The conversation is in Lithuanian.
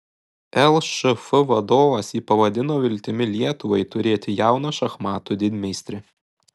lšf vadovas jį pavadino viltimi lietuvai turėti jauną šachmatų didmeistrį